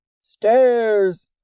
Stairs